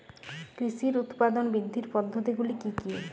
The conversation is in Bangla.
কৃষির উৎপাদন বৃদ্ধির পদ্ধতিগুলি কী কী?